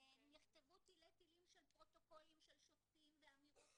נכתבו תלי תילים של פרוטוקולים של שופטים ואמירות קשות,